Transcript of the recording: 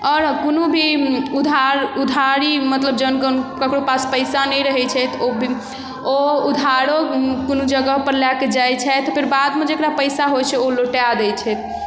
आओर कोनो भी उधार उधारी मतलब जहन ककरो पास पइसा नहि रहै छै तऽ ओ ओ उधारिओ कोनो जगहपर लऽ कऽ जाइ छथि फेर बादमे जकरा पइसा होइ छै ओ लौटा दै छथि